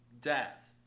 death